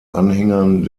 anhängern